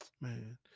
man